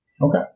Okay